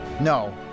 No